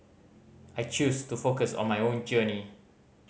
I choose to focus on my own journey